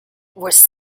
was